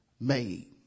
made